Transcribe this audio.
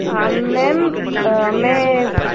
ma'am मैं